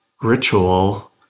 ritual